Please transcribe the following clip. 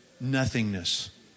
nothingness